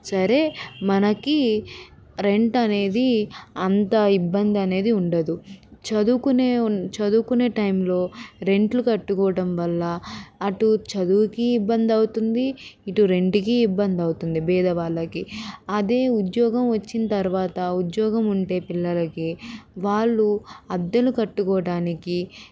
సరే మనకు రెంట్ అనేది అంత ఇబ్బంది అనేది ఉండదు చదువుకునే ఉ చదువుకునే టైంలో రెంట్లు కట్టుకోవటం వల్ల అటు చదువుకి ఇబ్బంది అవుతుంది ఇటు రెంట్కి ఇబ్బంది అవుతుంది బీదవాళ్ళకి అదే ఉద్యోగం వచ్చిన తర్వాత ఉద్యోగం ఉంటే పిల్లలకి వాళ్ళు అద్దె కట్టుకోవటానికి